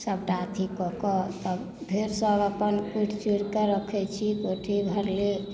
सबटा अथी कऽ कऽ तब फेर सब अपन चुरिके रखय छी कोठी भरली